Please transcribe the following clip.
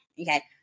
okay